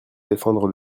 défendre